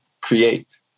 create